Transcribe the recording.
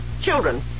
children